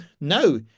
no